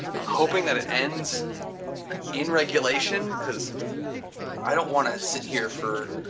i'm hoping that it ends in regulation cause i don't want to sit here for